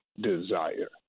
desire